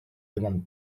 demam